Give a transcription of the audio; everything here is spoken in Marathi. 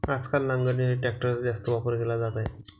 आजकाल नांगरणीसाठी ट्रॅक्टरचा जास्त वापर केला जात आहे